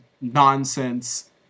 nonsense